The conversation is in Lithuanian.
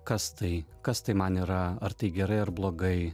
kas tai kas tai man yra ar tai gerai ar blogai